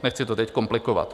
Nechci to teď komplikovat.